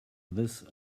this